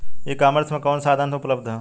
ई कॉमर्स में कवन कवन साधन उपलब्ध ह?